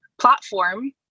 platform